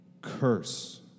curse